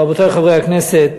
רבותי חברי הכנסת,